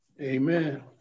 Amen